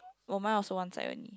oh mine also one side only